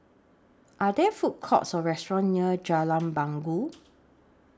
Are There Food Courts Or restaurants near Jalan Bangau